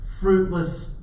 fruitless